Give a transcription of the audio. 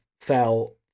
fell